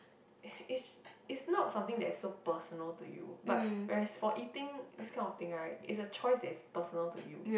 it's it's not something that's so personal to you but whereas for eating this kind of thing right is a choice that is personal to you